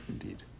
Indeed